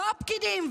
לא הפקידים,